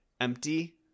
empty